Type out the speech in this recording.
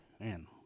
Man